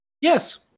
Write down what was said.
Yes